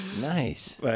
Nice